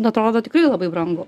atrodo tikrai labai brangu